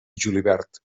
julivert